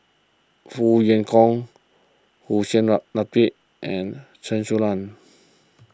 Foo Kwee Horng Hussein la lap and Chen Su Lan